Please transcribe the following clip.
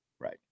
Right